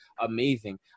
amazing